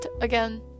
again